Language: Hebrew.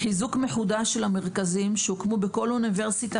חיזוק מחודש של המרכזים שהוקמו בכל אוניברסיטה